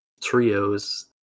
trios